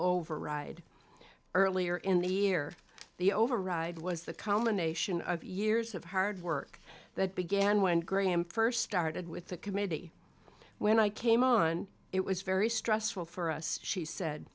override earlier in the year the override was the culmination of years of hard work that began when graham first started with the committee when i came on it was very stressful for us she said